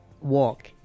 walk